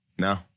No